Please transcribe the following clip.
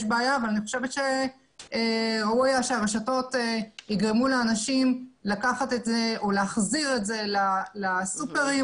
ראוי היה שהרשתות יגרמו לאנשים להחזיר את זה לסופרמרקטים,